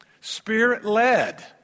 spirit-led